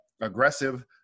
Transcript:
aggressive –